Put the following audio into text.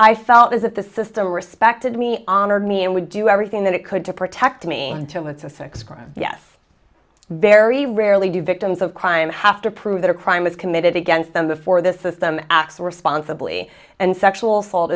i felt as if the system respected me honored me and would do everything that it could to protect me and to it's a sex crime yes very rarely do victims of crime have to prove that a crime was committed against them before the system acts responsibly and sexual f